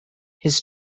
his